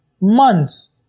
Months